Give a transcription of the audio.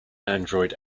android